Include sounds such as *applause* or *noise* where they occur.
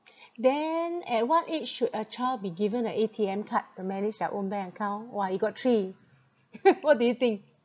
*breath* then at what age should a child be given a A_T_M card to manage their own bank account !wah! you got three *laughs* what do you think